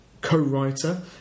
co-writer